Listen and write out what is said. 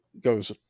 goes